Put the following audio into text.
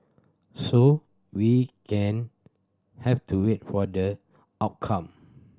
so we can have to wait for the outcome